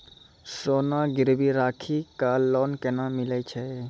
सोना गिरवी राखी कऽ लोन केना मिलै छै?